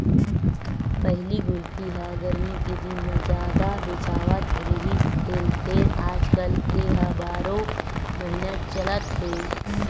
पहिली कुल्फी ह गरमी के दिन म जादा बेचावत रिहिस हे फेर आजकाल ए ह बारो महिना चलत हे